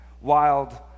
wild